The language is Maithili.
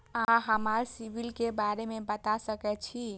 अहाँ हमरा सिबिल के बारे में बता सके छी?